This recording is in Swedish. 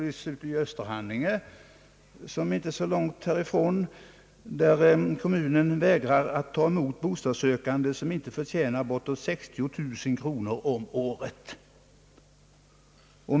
I Österhaninge, som ligger inte så långt härifrån, vägrar kommunen att ta emot bostadssökande som inte förtjänar bortåt 60 000 kronor om året.